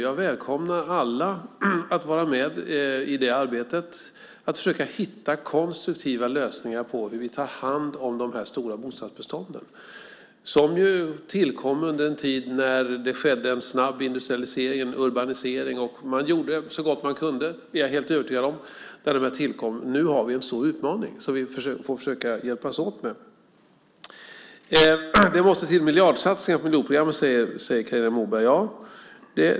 Jag välkomnar alla att vara med i det arbetet, att försöka hitta konstruktiva lösningar på hur vi tar hand om de stora bostadsbestånden som tillkom under en tid när det skedde en snabb industrialisering och urbanisering. Man gjorde så gott man kunde när de tillkom. Det är jag helt övertygad om. Nu har vi en stor utmaning som vi får försöka hjälpas åt med. Det måste till miljardsatsningar på miljonprogrammen, säger Carina Moberg.